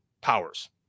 powers